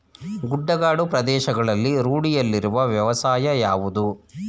ಗುಡ್ಡಗಾಡು ಪ್ರದೇಶಗಳಲ್ಲಿ ರೂಢಿಯಲ್ಲಿರುವ ವ್ಯವಸಾಯ ಯಾವುದು?